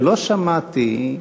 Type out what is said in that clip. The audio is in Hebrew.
ולא שמעתי,